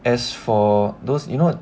as for those you know